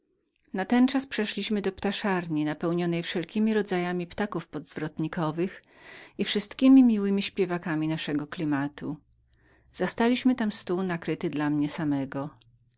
natenczas przeszliśmy do ptaszarni napełnionej wszelkiemi rodzajami ptaków zwrotnikowych i wszystkiemi miłemi śpiewakami naszego klimatu zastaliśmy tam stół nakryty dla mnie samego